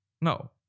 No